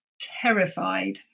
terrified